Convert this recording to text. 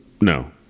No